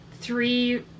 three